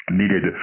needed